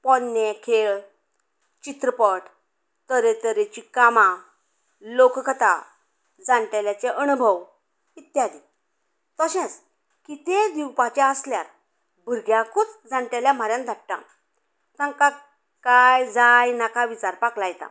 पोरणें खेळ चित्रपट तरे तरेचीं कामां लोककथा जाणटेल्याचे अणभव इत्त्यादी तशेंच कितेंय दिवपाचें आसल्यार भुरग्याकूच जाणटेल्या म्हऱ्यान धाडटा तांकां काय जाय नाका विचारपाक लायता